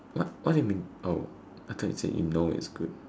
what what do you mean I thought you say indoor is good